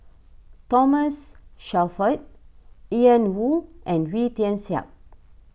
Thomas Shelford Ian Woo and Wee Tian Siak